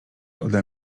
ode